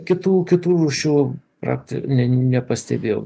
kitų kitų rūšių nepastebėjau